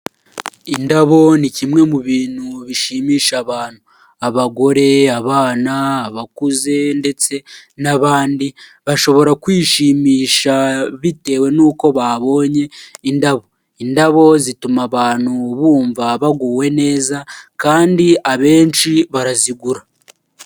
Indabo ni kimwe mu bintu bishimisha abantu, abagore, abana bakuze ndetse n'abandi, bashobora kwishimisha bitewe n'uko babonye indabo indabo zituma abantu bumva baguwe neza kandi abenshi barazigura.